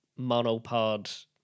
monopod